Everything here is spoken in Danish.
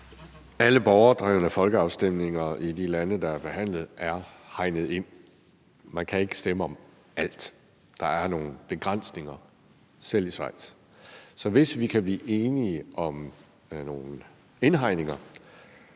Alle borgerdrevne folkeafstemninger i de lande, der er beskrevet, er hegnet ind. Man kan ikke stemme om alt. Der er nogle begrænsninger, selv i Schweiz. Så hvis vi kan blive enige om nogle indhegninger,